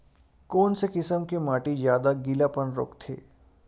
कोन से किसम के माटी ज्यादा गीलापन रोकथे?